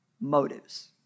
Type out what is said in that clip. motives